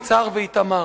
יצהר ואיתמר.